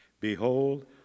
Behold